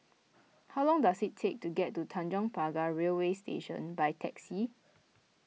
how long does it take to get to Tanjong Pagar Railway Station by taxi